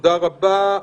תודה רבה.